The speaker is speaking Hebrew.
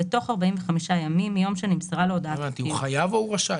בתוך 45 ימים מיום שנמסרה לו הודעת החיוב." הוא חייב או רשאי?